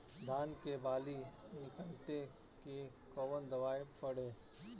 धान के बाली निकलते के कवन दवाई पढ़े?